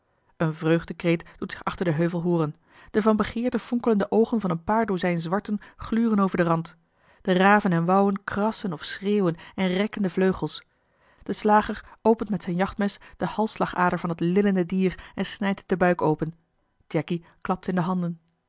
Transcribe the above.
een vreugdekreet doet zich achter den heuvel hooren de van begeerte fonkelende oogen van een paar dozijn zwarten gluren over den rand de raven en wouwen krassen of schreeuwen en rekken de vleugels de slager opent met zijn jachtmes de halsslagader van het lillende dier en snijdt het den buik open jacky klapt in de handen